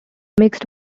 mixed